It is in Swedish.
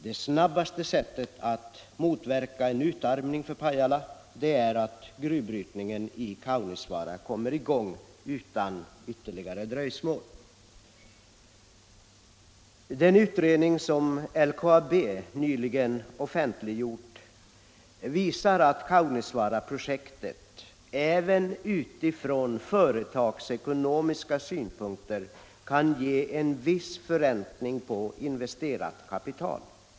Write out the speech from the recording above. Det snabbaste sättet att motverka en utarmning för Pajala är att gruvbrytningen i Kaunisvaara kommer i gång utan ytterligare dröjsmål. Den utredning som LKAB nyligen offentliggjort visar att Kaunisvaaraprojektet även från företagsekonomiska synpunkter kan ge en viss förräntning på investerat kapital.